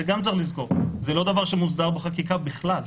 זה לא דבר שמוסדר בחקיקה בישראל.